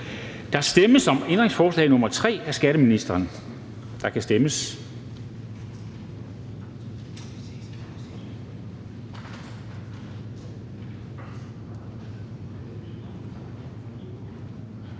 Der stemmes om ændringsforslag nr. 3 af skatteministeren, og der kan stemmes.